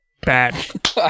Bad